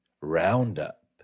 roundup